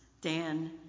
Dan